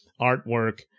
artwork